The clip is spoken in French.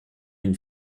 une